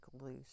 loose